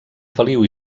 feliu